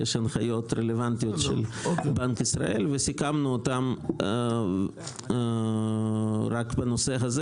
יש הנחיות רלוונטיות של בנק ישראל וסיכמנו אותם רק בנושא הזה